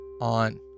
on